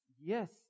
yes